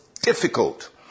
difficult